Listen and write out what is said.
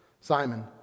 Simon